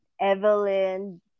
Evelyn